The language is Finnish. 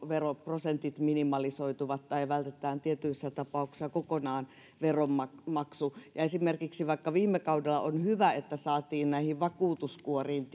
veroprosentit minimalisoituvat tai vältetään tietyissä tapauksissa kokonaan veronmaksu vaikka on hyvä että viime kaudella saatiin esimerkiksi vakuutuskuoriin